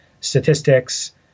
statistics